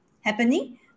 happening